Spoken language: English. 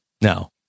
no